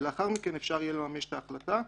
ולאחר מכן אפשר יהיה לממש את ההחלטה,